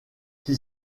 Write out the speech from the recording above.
qui